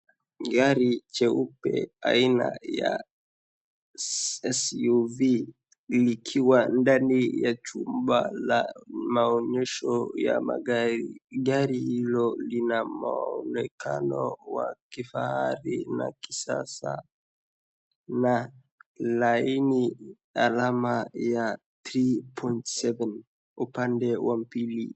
Gari jeupe aina ya SUV, likiwa ndani ya chumba la maonyesho ya magari. Gari hilo lina mwonekano wa kifahari na kisasa na laini alama ya three point seven upande wa pili.